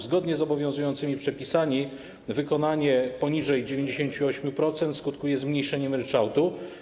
Zgodnie z obowiązującymi przepisami wykonanie poniżej 98% skutkuje zmniejszeniem ryczałtu.